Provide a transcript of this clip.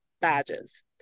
badges